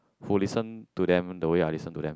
who listen to them the way I listen to them